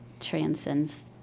transcends